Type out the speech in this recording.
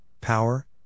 power